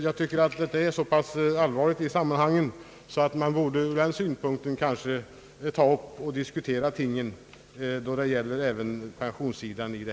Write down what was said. Jag tycker att detta är så pass allvarligt i sammanhanget att man borde ta upp och diskutera även pensionsproblemen.